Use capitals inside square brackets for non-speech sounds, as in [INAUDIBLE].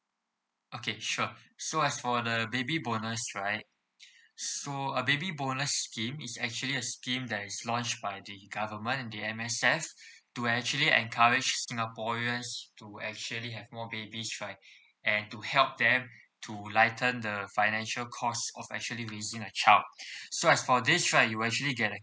okay sure so as for the baby bonus right so uh baby bonus scheme is actually a scheme that is launched by the government the M_S_F to actually encourage singaporeans to actually have more babies right and to help them to lighten the financial cost of actually raising a child [BREATH] so as for this right you will actually get a